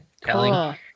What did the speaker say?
telling